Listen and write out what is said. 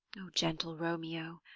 o gentle romeo,